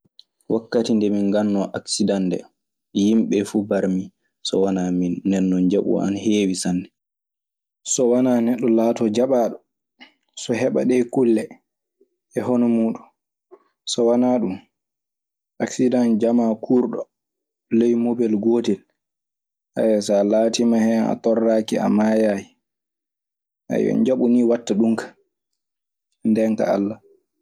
Wakkati nde min ngaɗnoo aksidan ndee yimɓe nfuu barmii so wanaa miin ndeeno njamu an ane heewi sanne. So wanaa neɗɗo laatoo jaɓaaɗo so heɓa ɗe kulle e hono e muuɗum. So wanaa ɗum aksidan jamaa kurɗo ley mobel gootel, so a laati hen a torraaki a maayaali. njambu nii watta ɗum kaa ndenka Alla.